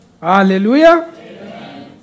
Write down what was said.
Hallelujah